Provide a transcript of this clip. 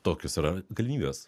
tokios yra galimybės